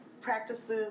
practices